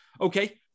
okay